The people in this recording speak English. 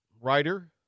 Writer